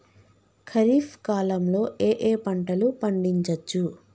ఖరీఫ్ కాలంలో ఏ ఏ పంటలు పండించచ్చు?